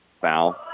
Foul